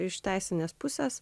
iš teisinės pusės